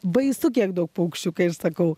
baisu kiek daug paukščių kaip sakau